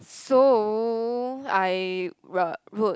so I wrote wrote